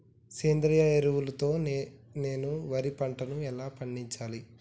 సేంద్రీయ ఎరువుల తో నేను వరి పంటను ఎలా పండించాలి?